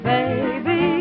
Baby